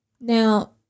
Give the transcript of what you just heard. now